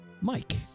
Mike